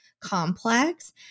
complex